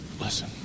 listen